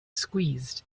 squeezed